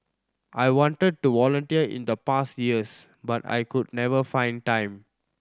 I wanted to volunteer in the past years but I could never find time